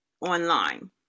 online